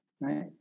right